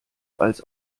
als